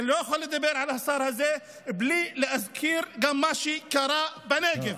ואני לא יכול לדבר על השר הזה בלי להזכיר גם מה שקרה בנגב.